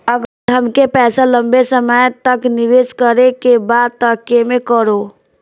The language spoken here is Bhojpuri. अगर हमके पईसा लंबे समय तक निवेश करेके बा त केमें करों?